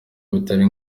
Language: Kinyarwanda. bitari